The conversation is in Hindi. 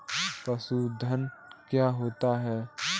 पशुधन क्या होता है?